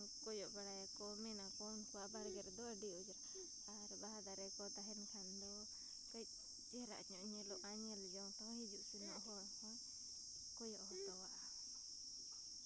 ᱠᱚᱭᱚᱜ ᱵᱟᱲᱟᱭᱟᱠᱚ ᱢᱮᱱᱟᱠᱚ ᱟᱠᱚᱣᱟᱜ ᱵᱟᱲᱜᱮ ᱟᱹᱰᱤ ᱚᱸᱡᱽᱨᱟ ᱟᱨ ᱵᱟᱦᱟ ᱫᱟᱨᱮ ᱠᱚ ᱛᱟᱦᱮᱱ ᱠᱟᱹᱡ ᱪᱮᱦᱨᱟ ᱧᱚᱜ ᱧᱮᱞᱚᱜᱼᱟ ᱧᱮᱞ ᱡᱚᱝ ᱦᱚᱸ ᱦᱤᱡᱩᱜ ᱥᱮᱱᱚᱜ ᱦᱚᱸ ᱠᱚᱭᱚᱜ ᱦᱚᱴᱚᱣᱟᱜᱼᱟ